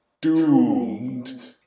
Doomed